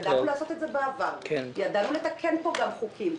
ידענו לעשות את זה בעבר, ידענו לתקן פה גם חוקים.